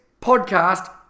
podcast